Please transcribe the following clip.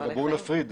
בואו נפריד,